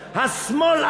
השמאל,